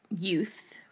youth